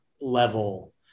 level